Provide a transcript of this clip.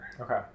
okay